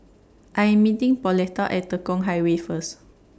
I Am meeting Pauletta At Tekong Highway First